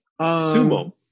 Sumo